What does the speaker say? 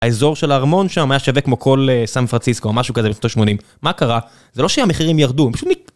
האזור של הארמון שם היה שווה כמו כל סן פרנסיסקו או משהו כזה בשנות השמונים, מה קרה? זה לא שהמחירים ירדו, הם פשוט